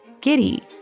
Giddy